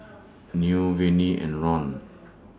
Newt Vennie and Ron